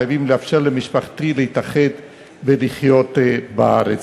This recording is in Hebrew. חייבים לאפשר למשפחתי להתאחד ולחיות בארץ.